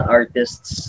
artists